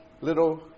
little